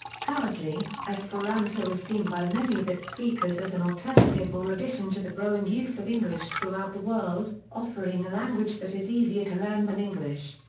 currently, esperanto is seen by many of its speakers as an alternative or addition to the growing use of english throughout throughout the world, offering a language that is easier to learn than english.